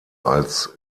als